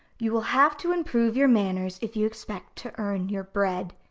you will have to improve your manners if you expect to earn your bread.